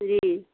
जी